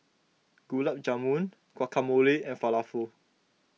Gulab Jamun Guacamole and Falafel